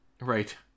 right